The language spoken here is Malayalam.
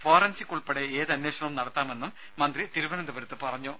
ഫോറൻസിക് ഉൾപ്പെടെ ഏത് അന്വേഷണവും നടത്താമെന്നും മന്ത്രി തിരുവനന്തപുരത്ത് അറിയിച്ചു